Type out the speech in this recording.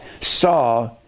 saw